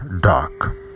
dark